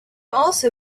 also